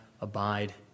abide